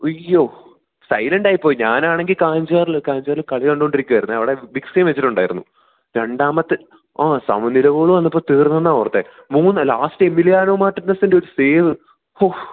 ഉയ്യോ സൈലൻറ്റായിപ്പോയി ഞാനാണെങ്കില് കാഞ്ചാറില് കാഞ്ചാറില് കളി കണ്ടുകൊണ്ടിരിക്കുകയായിരുന്നു അവിടെ ബിഗ് സ്ക്രീൻ വെച്ചിട്ടുണ്ടായിരുന്നു രണ്ടാമത്തെ ആ സമനില ഗോള് വന്നപ്പോള് തീർന്നുവെന്നാണ് ഓർത്തത് മൂന്ന് ലാസ്റ്റ് എമിലിയാനോ മാർറ്റിനസൻ്റെ ഒരു സേവ് ഹോ